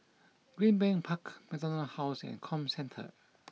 Greenbank Park MacDonald House and Comcentre